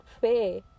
fair